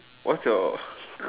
what's your